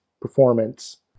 performance